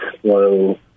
slow